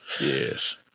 Yes